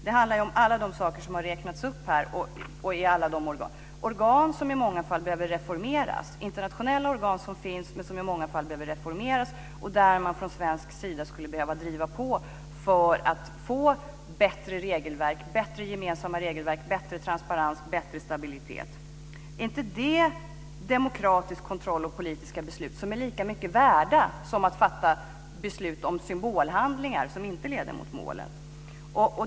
Det handlar då om allt som räknats upp här och alla de organen - internationella organ som finns men som i många fall behöver reformeras och där man från svensk sida skulle behöva driva på för att få bättre gemensamma regelverk, bättre transparens och bättre stabilitet. Är inte det demokratisk kontroll och politiska beslut som är lika mycket värda som att beslut fattas om symbolhandlingar som inte leder mot målen?